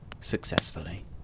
successfully